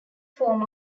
form